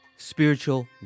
Spiritual